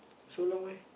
so long meh